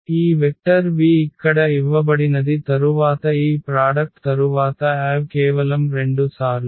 ఈ vector v ఇక్కడ ఇవ్వబడినది తరువాత ఈ ప్రాడక్ట్ తరువాత Av కేవలం 2 సార్లు